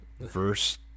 verse